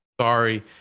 Sorry